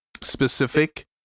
specific